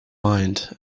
mind